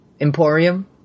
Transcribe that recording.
emporium